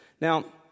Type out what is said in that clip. Now